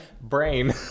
brain